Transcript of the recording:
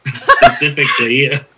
specifically